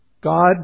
God